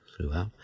throughout